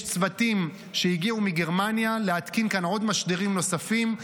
יש צוותים שהגיעו מגרמניה להתקין כאן עוד משדרים נוספים.